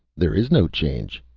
there is no change,